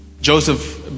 Joseph